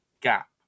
gap